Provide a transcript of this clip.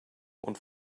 und